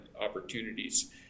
opportunities